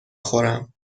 خورم